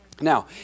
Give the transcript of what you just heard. Now